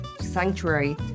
sanctuary